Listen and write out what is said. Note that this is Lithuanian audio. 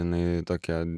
jinai tokia